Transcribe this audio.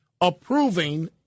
approving